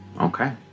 Okay